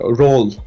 role